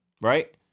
right